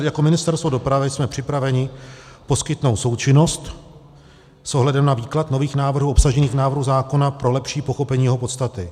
Jako Ministerstvo dopravy jsme připraveni poskytnout součinnost s ohledem na výklad nových návrhů obsažených v návrhu zákona pro lepší pochopení jeho podstaty.